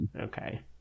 Okay